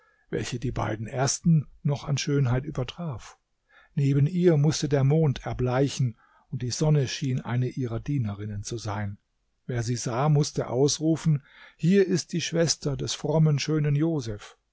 welche die beiden ersten noch an schönheit übertraf neben ihr mußte der mond erbleichen und die sonne schien eine ihrer dienerinnen zu sein wer sie sah mußte ausrufen hier ist die schwester des frommen schönen